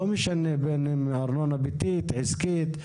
לא משנה אם זו ארנונה ביתית, עסקית.